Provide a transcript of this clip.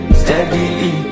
steady